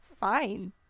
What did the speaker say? fine